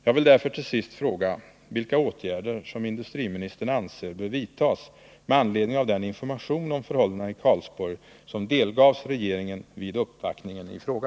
Jag vill därför till sist fråga vilka åtgärder som industriministern anser bör vidtas med anledning av den information om förhållandena i Karlsborg som delgavs regeringen vid uppvaktningen i fråga.